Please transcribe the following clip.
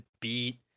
beat